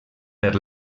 per